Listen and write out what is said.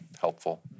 helpful